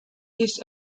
his